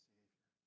Savior